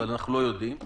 אבל אנחנו לא יודעים.